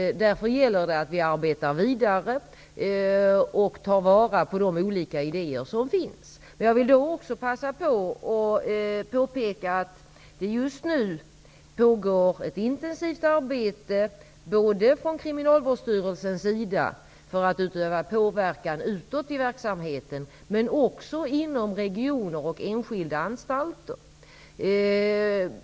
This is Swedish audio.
Därför gäller det att vi arbetar vidare och tar vara på de olika idéer som finns. Jag vill också passa på att påpeka att det just nu pågår ett intensivt arbete både från Kriminalvårdsstyrelsens sida, för att utöva påverkan utåt i verksamheten, och inom regioner och enskilda anstalter.